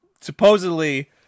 supposedly